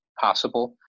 possible